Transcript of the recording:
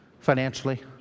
Financially